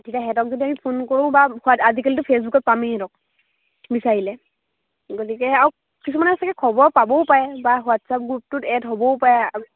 তেতিয়া সিহঁতক যদি আমি ফোন কৰোঁ বা আজিকালিতটো ফেচবুকত পামে সিহঁতক বিচাৰিলে গতিকে আৰু কিছুমান আছেগৈ খবৰ পাবও পাৰে বা হোৱাটছ আপ গ্ৰুপটোত এড হ'বও পাৰে